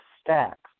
stacks